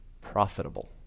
profitable